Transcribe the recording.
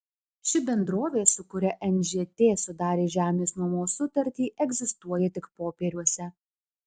ši bendrovė su kuria nžt sudarė žemės nuomos sutartį egzistuoja tik popieriuose